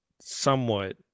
somewhat